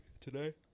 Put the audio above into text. today